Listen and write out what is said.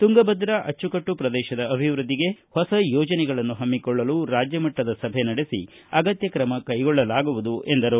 ತುಂಗಭದ್ರಾ ಅಚ್ಚುಕಟ್ಟು ಪ್ರದೇಶದ ಅಭಿವೃದ್ಧಿಗೆ ಹೊಸ ಯೋಜನೆಗಳನ್ನು ಹಮ್ಮಿಕೊಳ್ಳಲು ರಾಜ್ಯ ಮಟ್ಟದ ಸಭೆ ನಡೆಸಿ ಅಗತ್ಯ ತ್ರಮ ಕೈಗೊಳ್ಳಲಾಗುವುದು ಎಂದರು